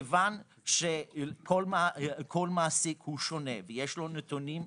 כיוון שכל מעסיק הוא שונה, ויש לו נתונים שונים,